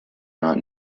not